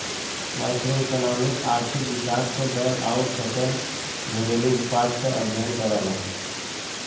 macroeconomics आर्थिक विकास क दर आउर सकल घरेलू उत्पाद क अध्ययन करला